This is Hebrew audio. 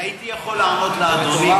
הייתי יכול לענות לאדוני,